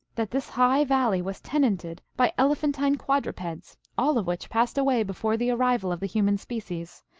that this high valley was tenanted by elephantine quadrupeds, all of which passed away before the arrival of the human species,